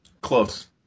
close